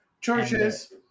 churches